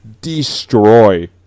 destroy